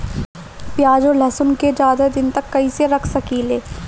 प्याज और लहसुन के ज्यादा दिन तक कइसे रख सकिले?